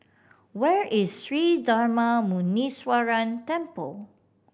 where is Sri Darma Muneeswaran Temple